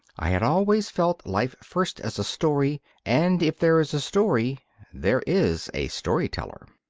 i had always felt life first as a story and if there is a story there is a story-teller.